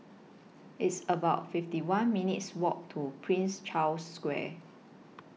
It's about fifty one minutes' Walk to Prince Charles Square